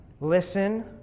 listen